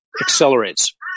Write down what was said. accelerates